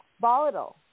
volatile